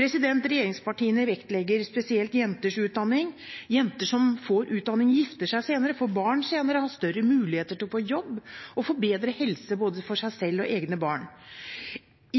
Regjeringspartiene vektlegger spesielt jenters utdanning. Jenter som får utdanning, gifter seg senere, får barn senere, har større muligheter til å få jobb og får bedre helse for både seg selv og egne barn.